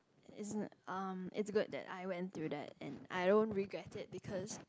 as in um it's good that I went through that and I don't regret it because